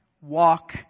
Walk